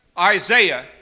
isaiah